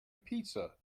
pizza